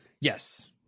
Yes